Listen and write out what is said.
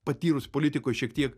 patyrusį politikoj šiek tiek